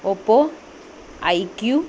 Oppo iq